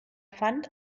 fand